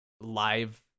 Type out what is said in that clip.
live